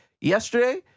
Yesterday